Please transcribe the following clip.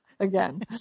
Again